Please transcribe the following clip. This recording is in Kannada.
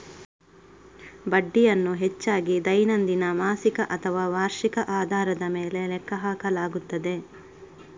ಬಡ್ಡಿಯನ್ನು ಹೆಚ್ಚಾಗಿ ದೈನಂದಿನ, ಮಾಸಿಕ ಅಥವಾ ವಾರ್ಷಿಕ ಆಧಾರದ ಮೇಲೆ ಲೆಕ್ಕ ಹಾಕಲಾಗುತ್ತದೆ